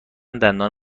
دندان